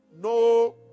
no